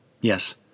Yes